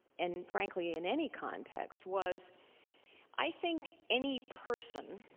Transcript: and frankly in any context, was i think any person